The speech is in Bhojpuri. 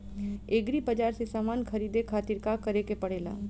एग्री बाज़ार से समान ख़रीदे खातिर का करे के पड़ेला?